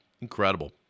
Incredible